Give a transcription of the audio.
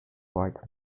rights